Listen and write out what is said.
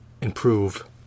improve